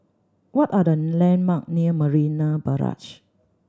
what are the landmark near Marina Barrage